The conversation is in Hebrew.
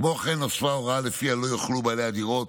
כמו כן, נוספה הוראה שלפיה לא יוכלו בעלי הדירות